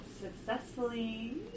successfully